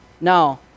Now